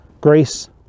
Greece